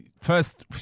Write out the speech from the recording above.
First